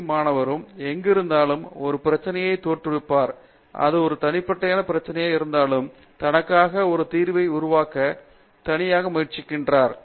D மாணவர் அவர் எங்கு இருந்தாலும் ஒரு பிரச்சனையைத் தோற்றுவிப்பார் இது ஒரு தனிப்படையான பிரச்சனையாக இருந்தாலும் தனக்காக ஒரு தீர்வை உருவாக்க தனியாக முயற்சிக்கிறார்